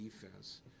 defense